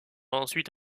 ensuite